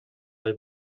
های